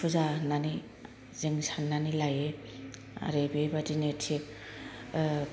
फुजा होननानै जों साननानै लायो आरो बे बायदिनो थिक